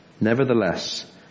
Nevertheless